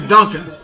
Duncan